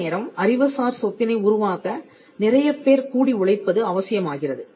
சில நேரம் அறிவுசார் சொத்தினை உருவாக்க நிறையப்பேர் கூடி உழைப்பது அவசியமாகிறது